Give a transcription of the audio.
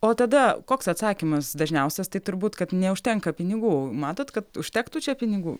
o tada koks atsakymas dažniausias tai turbūt kad neužtenka pinigų matot kad užtektų čia pinigų